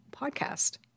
podcast